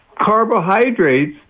carbohydrates